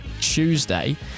Tuesday